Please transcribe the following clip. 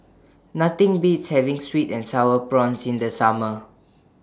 Nothing Beats having Sweet and Sour Prawns in The Summer